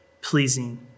pleasing